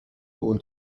und